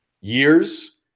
years